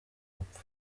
gupfa